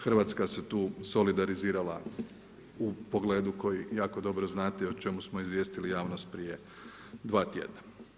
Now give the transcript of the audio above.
Hrvatska se tu solidarizirala u pogledu koji jako dobro znate i o čemu smo izvijestili javnost prije 2 tjedna.